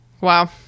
wow